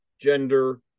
gender